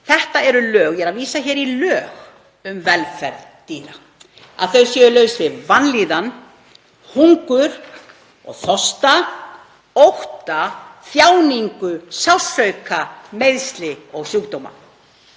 þetta eru lög, ég er að vísa í lög um velferð dýra —„… að þau séu laus við vanlíðan, hungur og þorsta, ótta og þjáningu, sársauka, meiðsli og sjúkdóma,